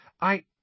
I—